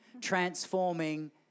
transforming